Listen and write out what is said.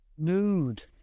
nude